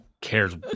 cares